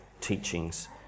teachings